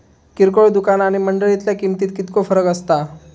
किरकोळ दुकाना आणि मंडळीतल्या किमतीत कितको फरक असता?